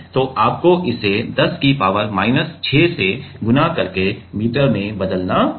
तो आपको इसे 10 की पावर माइनस 6 से गुणा करके मीटर में बदलना होगा